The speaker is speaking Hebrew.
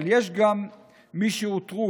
אבל יש גם מי שאותרו